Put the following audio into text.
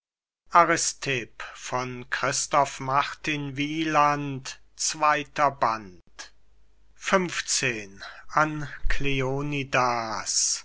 nahmen christoph martin wieland i aristipp an